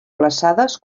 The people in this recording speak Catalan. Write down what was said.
glaçades